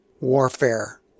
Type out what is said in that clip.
warfare